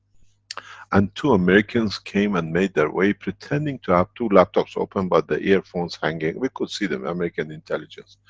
and two americans came and made their way pretending to have two laptops open, but their earphones hanging, we could see them, american intelligence,